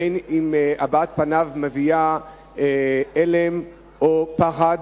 בין שהבעת פניו מביעה הלם או פחד,